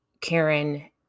Karen